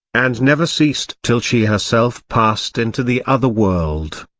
and never ceased till she herself passed into the other world.